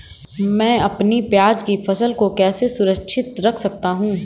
मैं अपनी प्याज की फसल को कैसे सुरक्षित रख सकता हूँ?